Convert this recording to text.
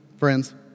Friends